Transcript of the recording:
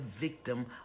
victim